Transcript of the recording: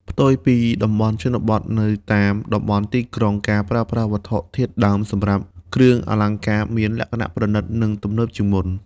ផ្ទុយពីតំបន់ជនបទ នៅតាមតំបន់ទីក្រុង ការប្រើប្រាស់វត្ថុធាតុដើមសម្រាប់គ្រឿងអលង្ការមានលក្ខណៈប្រណិត និងទំនើបជាងមុន។